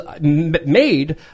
made